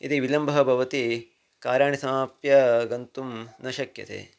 यदि विलम्बः भवति कार्याणि समाप्य गन्तुं न शक्यते